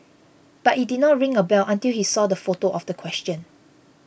but it did not ring a bell until he saw the photo of the question